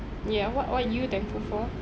ya what what are you thankful for